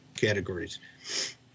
categories